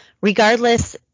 regardless